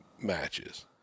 matches